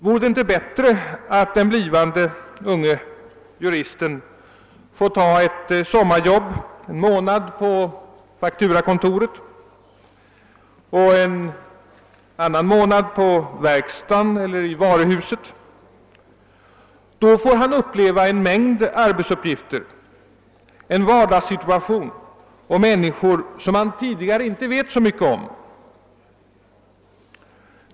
Vore det inte bättre att den unge blivande juristen fick ta ett sommarjobb en månad på fakturakontoret och en annan månad på verkstaden eller i varuhuset? Då skulle han få uppleva en mängd arbetsuppgifter, vardagssituationer och människor som han tidigare inte visste så mycket om.